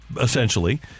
Essentially